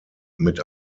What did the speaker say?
mit